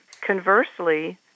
Conversely